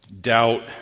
doubt